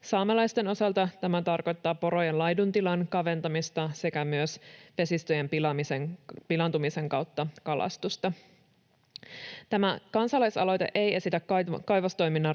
Saamelaisten osalta tämä tarkoittaa porojen laiduntilan kaventamista sekä myös vesistöjen pilaantumisen kautta kalastusta. Tämä kansalaisaloite ei esitä kaivostoiminnan